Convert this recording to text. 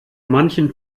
manchen